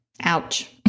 Ouch